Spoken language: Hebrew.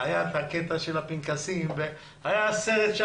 היה את הקטע של הפנקסים, היה שם סרט.